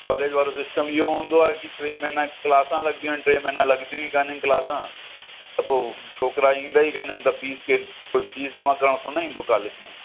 college वारो system इहो हूंदो आहे की टे महीना क्लासां लॻदियूं आहिनि टे महीना लॻदियूं ई कोन्ह आहिनि क्लासां त पोइ छोकिरा ईंदा ई कोन्ह आहिनि त फ़ीस केर फ़ीस जमा करण थोरे न ईंदो कॉलेज में